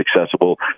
accessible